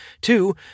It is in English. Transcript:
Two